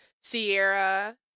Sierra